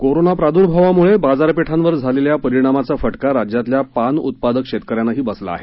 corona प्रादुर्भावामुळे बाजारपेठांवर झालेल्या परिणामाचा फटका राज्यातल्या पान उत्पादक शेतकऱ्यांनाही बसला आहे